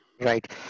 Right